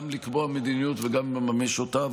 גם לקבוע מדיניות וגם לממש אותה,